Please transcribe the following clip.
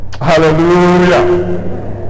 Hallelujah